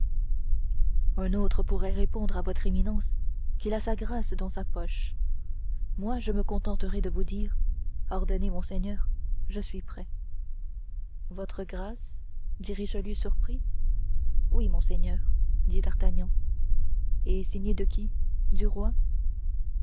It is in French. un autre pourrait répondre à votre éminence qu'il a sa grâce dans sa poche moi je me contenterai de vous dire ordonnez monseigneur je suis prêt votre grâce dit richelieu surpris oui monseigneur dit d'artagnan et signée de qui du roi